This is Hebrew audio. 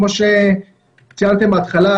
כמו שציינתם בהתחלה,